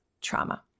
trauma